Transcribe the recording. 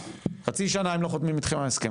חצי שנה הם לא חותמים איתכם על הסכם,